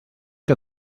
que